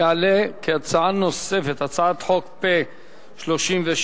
תעלה כהצעה נוספת, הצעת חוק פ/37,